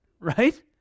right